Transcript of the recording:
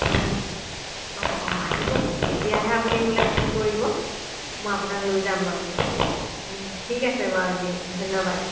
অ' অ' অ' আহিব কেতিয়া আহে আপুনি মোলে ফোন কৰিব মই আপোনাক লৈ যাম বাৰু ঠিক আছে বাৰু দিয়ক ধন্যবাদ